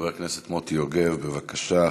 חבר הכנסת מוטי יוגב, בבקשה.